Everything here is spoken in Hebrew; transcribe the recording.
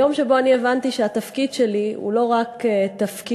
היום שבו אני הבנתי שהתפקיד שלי הוא לא רק תפקיד